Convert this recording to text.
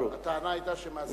הטענה היתה שמאזינים לו.